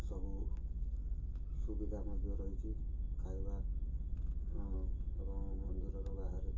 ସବୁ ସୁବିଧା ମଧ୍ୟ ରହିଛି ଖାଇବା ମନ୍ଦିରର ବାହାରେ